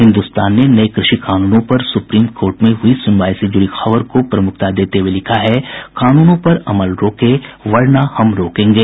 हिन्दुस्तान ने नये कृषि कानूनों पर सुप्रीम कोर्ट में हुई सुनवाई से जुड़ी खबर को प्रमुखता देते हुए लिखा है कानूनों पर अमल रोकें वर्ना हम रोकेंगे